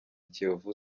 kiyovu